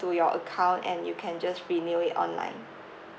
to your account and you can just renew it online